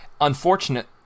Unfortunate